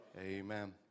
Amen